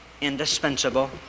indispensable